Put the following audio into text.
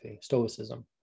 Stoicism